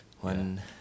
One